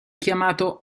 chiamato